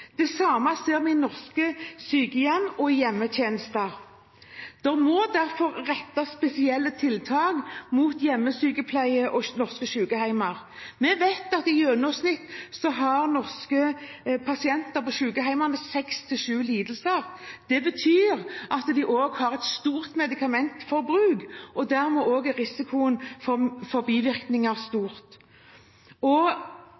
Det samme ser vi i norske sykehjem og i hjemmetjenesten. Det må derfor rettes spesielle tiltak mot hjemmesykepleie og norske sykehjem. Vi vet at i gjennomsnitt har pasienter på norske sykehjem seks–sju lidelser. Det betyr at de også har et stort medikamentforbruk, og dermed er også risikoen for bivirkninger stor. Vi ber regjeringen vurdere en egen handlingsplan rettet mot akkurat dette, for